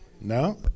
no